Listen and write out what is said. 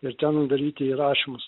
ir ten daryti įrašymus